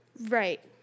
Right